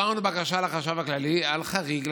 העברנו בקשה לחשב הכללי על חריג,